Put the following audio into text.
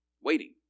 Waiting